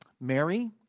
Mary